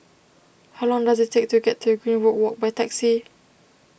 how long does it take to get to Greenwood Walk by taxi